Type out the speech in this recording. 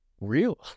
real